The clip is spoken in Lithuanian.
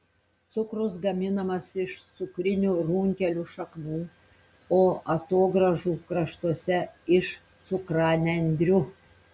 cukrus gaminamas iš cukrinių runkelių šaknų o atogrąžų kraštuose iš cukranendrių